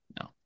no